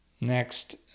Next